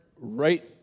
right